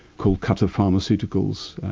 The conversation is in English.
called cutter pharmaceuticals,